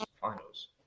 finals